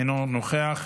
אינו נוכח,